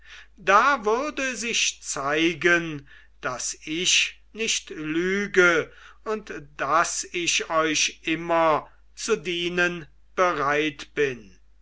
da würde sich zeigen daß ich nicht lüge und daß ich euch immer zu dienen bereit bin